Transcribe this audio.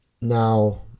Now